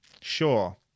Sure